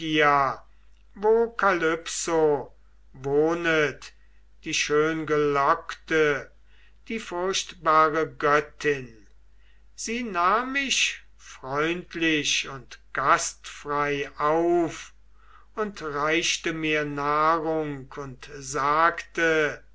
wohnet die schöngelockte die furchtbare göttin sie nahm mich freundlich und gastfrei auf und reichte mir nahrung und sagte